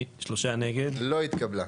3 נמנעים, 0 הרביזיה לא התקבלה.